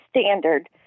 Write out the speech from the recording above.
standard